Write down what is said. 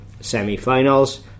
semi-finals